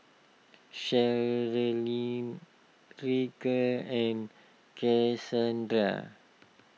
Sharlene Ryker and Cassandra